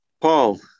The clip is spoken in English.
Paul